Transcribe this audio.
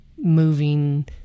moving